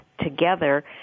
together